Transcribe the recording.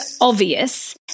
obvious